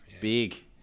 big